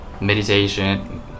meditation